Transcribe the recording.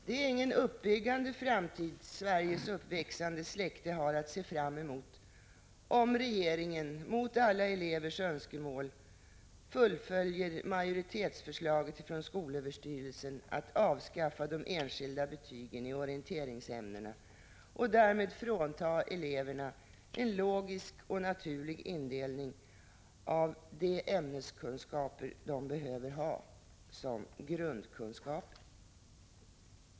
Det är ingen uppbygglig framtid Sveriges uppväxande släkte har att se fram emot, om regeringen mot elevernas önskemål fullföljer majoritetsförslaget från SÖ att avskaffa de enskilda betygen i orienteringsämnena och därmed frånta eleverna en logisk och naturlig indelning av de ämneskunskaper de behöver ha som grundkunskaper.